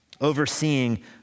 overseeing